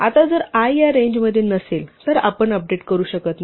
आता जर i या रेंज मध्ये नसेल तर आपण अपडेट करू शकत नाही